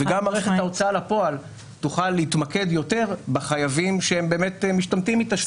וגם מערכת ההוצאה לפועל תוכל להתמקד יותר בחייבים שמשתמטים מתשלום,